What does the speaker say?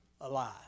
alive